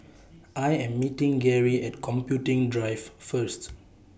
I Am meeting Geary At Computing Drive First